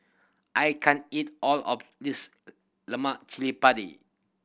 I can't eat all of this lemak cili padi